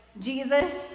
Jesus